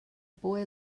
boy